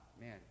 man